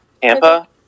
Tampa